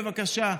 בבקשה,